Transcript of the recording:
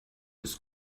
ist